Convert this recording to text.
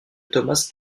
thomas